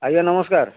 ଆଜ୍ଞା ନମସ୍କାର